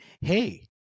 Hey